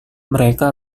mereka